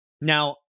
Now